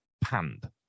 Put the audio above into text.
panned